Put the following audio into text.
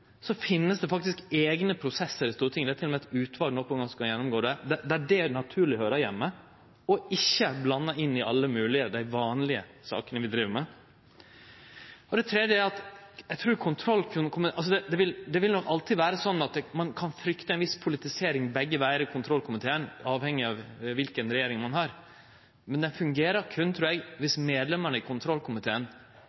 så finst det faktisk eigne prosessar i Stortinget – det er til og med eit utval no som skal gjennomgå det – der det naturleg høyrer heime, og ikkje blandar det inn i alle dei vanlege sakene vi driv med. Det tredje er at det nok alltid vil vere slik at ein kan frykte ei viss politisering begge vegar i kontrollkomiteen, avhengig av kva for regjering ein har, men eg trur han berre fungerer viss medlemene i kontrollkomiteen kan vise ei viss uavhengigheit – som eg